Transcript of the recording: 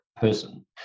person